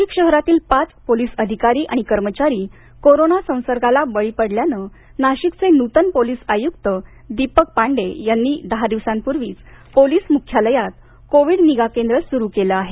नाशिक शहरातील पाच पोलीस अधिकारी आणि कर्मचारी कोरोना संसर्गाला बळी पडल्याने नाशिकचे नुतन पोलीस आयुक्त दीपक पांडेय यांनी दहा दिवसांपूर्वीच पोलीस मुख्यालयात कोविड निगा केंद्र सुरू केले आहे